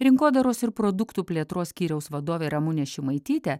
rinkodaros ir produktų plėtros skyriaus vadovė ramunė šimaitytė